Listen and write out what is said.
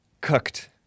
Cooked